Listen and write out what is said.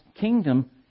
kingdom